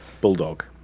bulldog